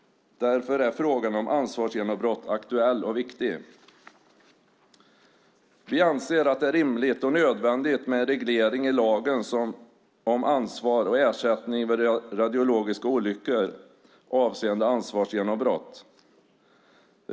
Därför är frågan om ansvarsgenombrott aktuell och viktig. Vi anser att det är rimligt och nödvändigt med en reglering i lagen om ansvar och ersättning vid radiologiska olyckor avseende ansvarsgenombrott.